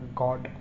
god